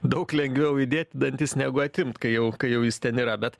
daug lengviau įdėt į dantis negu atimt kai jau kai jau jis ten yra bet